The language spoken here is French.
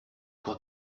crois